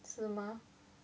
是吗